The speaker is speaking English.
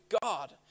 God